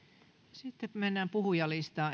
sitten mennään puhujalistaan